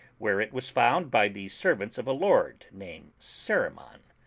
where it was found by the ser vants of a lord named cerimon.